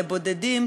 לבודדים,